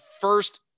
first